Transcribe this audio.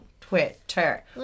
Twitter